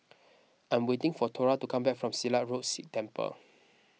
I'm waiting for Thora to come back from Silat Road Sikh Temple